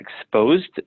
exposed